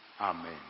Amen